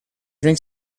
drank